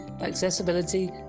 accessibility